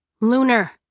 Lunar